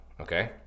okay